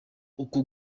uku